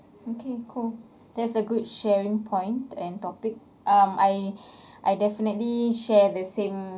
okay cool that's a good sharing point and topic um I I definitely share the same